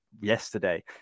yesterday